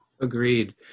Agreed